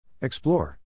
Explore